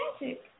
magic